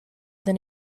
than